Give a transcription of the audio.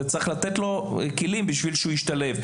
צריך לתת לו כלים כדי שישתלב.